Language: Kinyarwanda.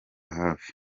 hafi